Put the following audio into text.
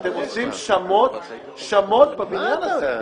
אתם עושים שמות בבניין הזה.